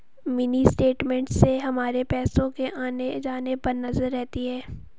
mini statement से हमारे पैसो के आने जाने पर नजर रहती है